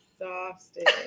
exhausted